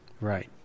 Right